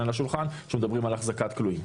על השולחן כשמדברים על החזקת כלואים.